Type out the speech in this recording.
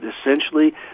essentially